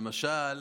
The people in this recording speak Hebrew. למשל,